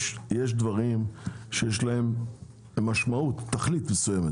יש דברים שיש להם משמעות, תכלית מסוימת.